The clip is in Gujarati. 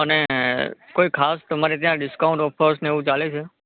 અને કોઈ ખાસ તમારે ત્યાં ડિસ્કાઉન્ટ ઑફર્સ અને એવું ચાલે છે